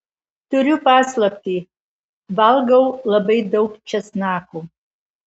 turiu paslaptį valgau labai daug česnako